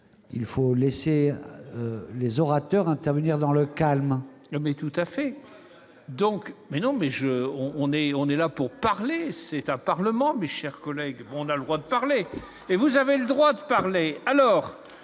il faut laisser les orateurs intervenir dans le calme. On est tout à fait, donc, mais non, mais je on on est, on est là pour parler, c'est un parlement, mes chers collègues, on a le droit de parler et vous avez le droit de parler alors